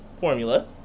formula